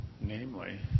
namely